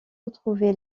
retrouvé